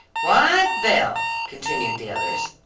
why, belle, continued the others.